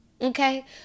Okay